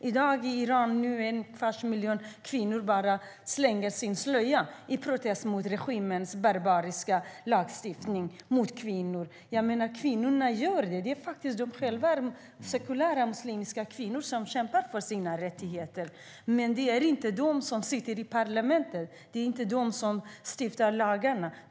I dag slängde en kvarts miljon kvinnor i Iran sin slöja i protest mot regimens barbariska lagar mot kvinnor. Jag menar att kvinnorna protesterar. De sekulära kvinnorna i muslimska länder kämpar för sina rättigheter. Men det är inte de som sitter i parlament. Det är inte de som stiftar lagarna.